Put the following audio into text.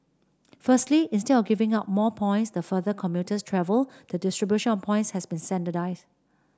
firstly instead of giving out more points the further commuters travel the distribution of points has been standardised